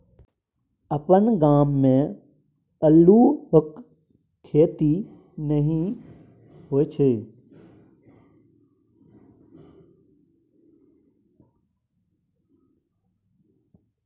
अपन गाम मे अल्लुक खेती नहि होए छै